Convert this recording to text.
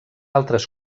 altres